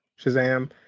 Shazam